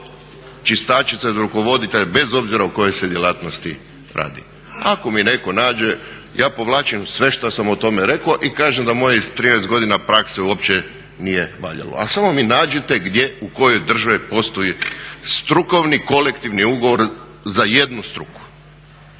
čistačice do rukovoditelja, bez obzira o kojoj se djelatnosti radi. Ako mi netko nađe ja povlačim sve što sam o tome rekao i kažem da mojih 13 godina prakse uopće nije valjalo. A samo mi nađite gdje u kojoj državi postoji strukovni kolektivni ugovor za jednu struku.